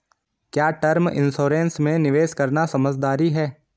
क्या term insurance में निवेश करना समझदारी है?